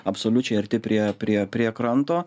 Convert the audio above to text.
absoliučiai arti prie prie prie kranto